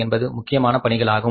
என்பது முக்கியமான பணியாகும்